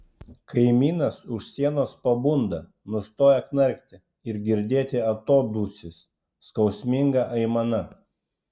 kaimynas už sienos pabunda nustoja knarkti ir girdėti atodūsis skausminga aimana